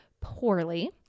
poorly